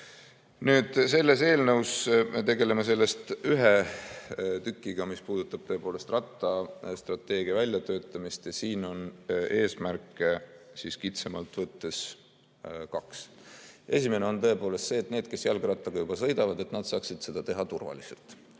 jõuda. Selles eelnõus me tegeleme sellest ühe tükiga, sellega, mis puudutab rattastrateegia väljatöötamist ja siin on eesmärke kitsamalt võttes kaks. Esimene on tõepoolest see, et need, kes jalgrattaga juba sõidavad, saaksid seda teha turvaliselt.